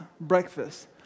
breakfast